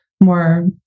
more